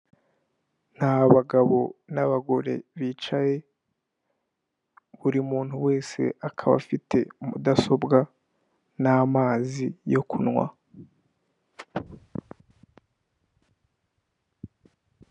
Ni abagabo n'abagore bicaye, buri muntu wese akaba afite mudasobwa n'amazi yo kunywa.